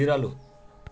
बिरालो